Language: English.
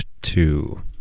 two